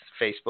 Facebook